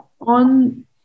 on